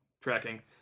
tracking